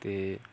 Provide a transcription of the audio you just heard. ते